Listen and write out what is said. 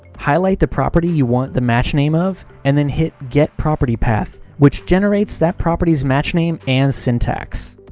highlight the property you want the matchname of, and then hit get property path which generates that property's matchname and syntax.